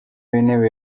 w’intebe